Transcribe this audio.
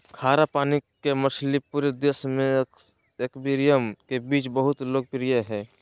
खारा पानी के मछली पूरे देश में एक्वेरियम के बीच बहुत लोकप्रिय हइ